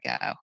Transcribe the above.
go